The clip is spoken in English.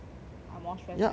I'm more stress now